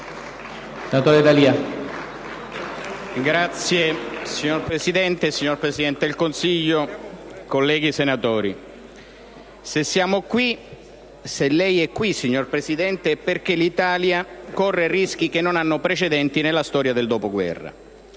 Signor Presidente, signor Presidente del Consiglio, colleghi senatori, se siamo qui e se lei è qui, signor Presidente, è perché l'Italia corre rischi che non hanno precedenti nella storia del dopoguerra.